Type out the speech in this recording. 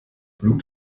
blut